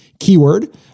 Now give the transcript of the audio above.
keyword